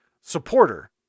supporter